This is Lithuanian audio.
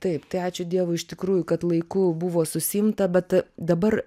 taip tai ačiū dievui iš tikrųjų kad laiku buvo susiimta bet dabar